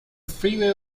freeway